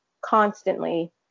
constantly